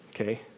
Okay